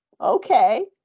okay